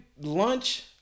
lunch